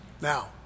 now